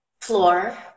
floor